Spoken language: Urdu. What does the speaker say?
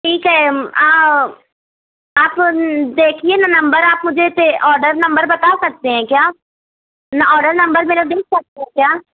ٹھیک ہے آپ دیکھیے نہ نمبر آپ مجھے سے آڈر نمبر بتا سکتے ہیں کیا نہ آڈر نمبر میرا دیکھ سکتے ہیں کیا